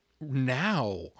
now